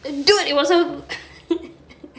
but dude it was a